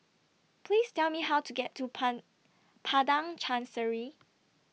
Please Tell Me How to get to Pan Padang Chancery